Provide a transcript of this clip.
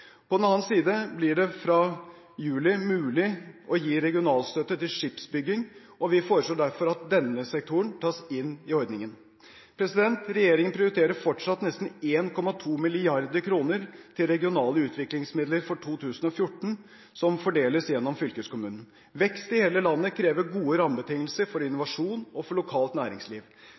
På den annen side blir det fra juli mulig å gi regionalstøtte til skipsbygging, og vi foreslår derfor at denne sektoren tas inn i ordningen. Regjeringen prioriterer fortsatt nesten 1,2 mrd. kr til regionale utviklingsmidler i 2014 som fordeles gjennom fylkeskommunene. Vekst i hele landet krever gode rammebetingelser for innovasjon og for lokalt næringsliv.